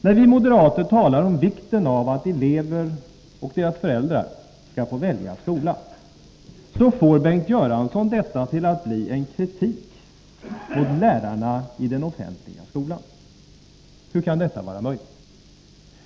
När vi moderater talar om vikten av att elever och deras föräldrar skall få välja skola, så får Bengt Göransson detta till att bli en kritik mot lärarna i den offentliga skolan. Hur kan detta vara möjligt?